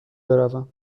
بروم